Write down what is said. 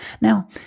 Now